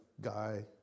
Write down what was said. guy